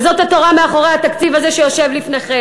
וזאת התורה מאחורי התקציב הזה שלפניכם.